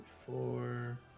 four